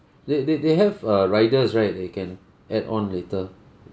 they they they have uh riders right that you can add on later